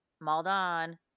maldon